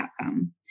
outcome